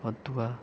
अदुवा